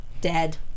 Dead